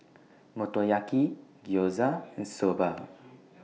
Motoyaki Gyoza and Soba